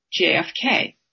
JFK